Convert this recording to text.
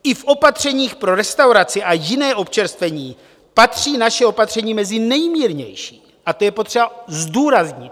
I v opatřeních pro restauraci a jiné občerstvení patří naše opatření mezi nejmírnější a to je potřeba zdůraznit.